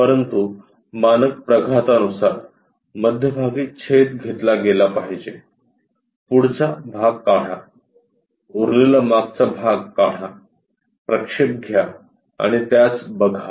1 परंतु मानक प्रघातानुसार मध्यभागी छेद घेतला गेला पाहिजे पुढचा भाग काढा उरलेला मागचा भाग काढा प्रक्षेप घ्या आणि त्यास बघा